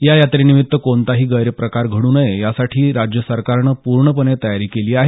या यात्रेनिमित्त कोणताही गैरप्रकार घडू नये यासाठी राज्य सरकारनं पूर्णपणे तयारी केली आहे